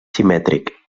simètric